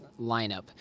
lineup